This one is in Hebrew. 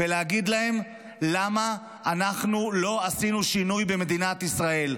ולהגיד להם למה אנחנו לא עשינו שינוי במדינת ישראל.